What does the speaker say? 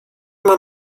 mam